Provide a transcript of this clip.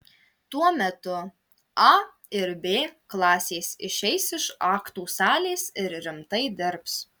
tuo metu a ir b klasės išeis iš aktų salės ir rimtai dirbs